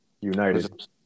united